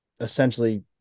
essentially